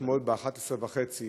אתמול ב-23:30